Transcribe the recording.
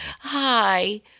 Hi